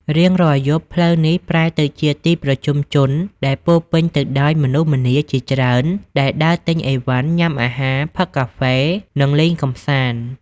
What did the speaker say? រៀងរាល់យប់ ផ្លូវនេះប្រែទៅជាទីប្រជុំជនដែលពោរពេញទៅដោយមនុស្សម្នាជាច្រើនដែលដើរទិញអីវ៉ាន់ ញ៉ាំអាហារ ផឹកកាហ្វេ និងលេងកម្សាន្ត។